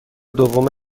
دوم